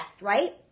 right